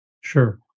Sure